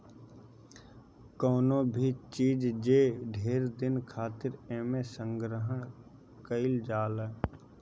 कवनो भी चीज जे ढेर दिन खातिर एमे संग्रहण कइल जाला